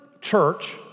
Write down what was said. church